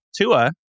Tua